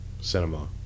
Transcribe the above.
Cinema